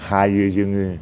हायो जोङो